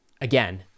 again